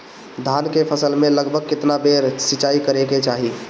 धान के फसल मे लगभग केतना बेर सिचाई करे के चाही?